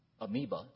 amoeba